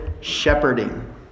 shepherding